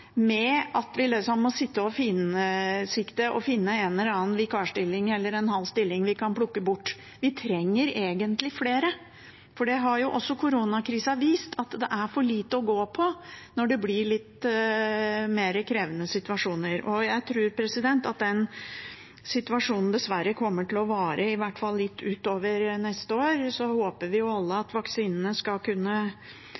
med å sitte og finsikte og finne en eller annen vikarstilling eller en halv stilling vi kan plukke bort. Vi trenger egentlig flere, for koronakrisa har vist at det er for lite å gå på når det blir litt mer krevende situasjoner. Og jeg tror at den situasjonen dessverre kommer til å vare i hvert fall litt ut i neste år. Så håper vi jo alle